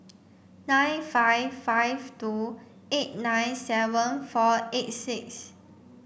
nine five five two eight nine seven four eight six